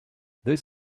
this